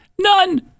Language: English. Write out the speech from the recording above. None